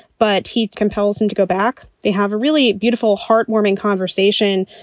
but teeth compels him to go back. they have a really beautiful heart warming conversation.